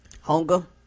Hunger